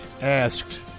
asked